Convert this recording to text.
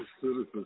citizens